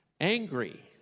angry